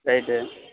right